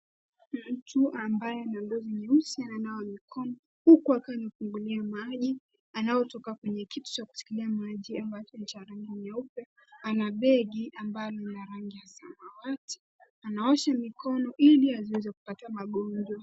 Mtu ambaye ana nguo nyeusi ananawa mikono huku akiwa amefungulia maji yanayotoka kwenye kitu cha kushikilia maji ambacho ni cha rangi nyeupe. Ana begi ambalo ni la rangi ya samawati. Anaosha mikono ili asiweze kupata magonjwa.